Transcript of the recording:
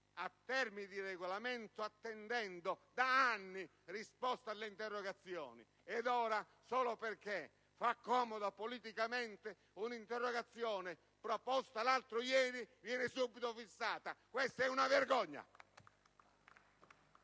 a termini di Regolamento, attendendo da anni risposta alle interrogazioni. E ora, solo perché fa comodo politicamente, un'interrogazione presentata l'altro ieri viene subito posta all'ordine del giorno!